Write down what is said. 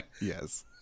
Yes